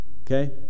Okay